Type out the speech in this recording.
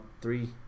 three